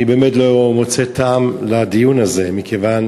אני באמת לא מוצא טעם בדיון הזה, מכיוון